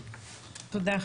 תודה.